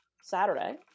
saturday